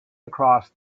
across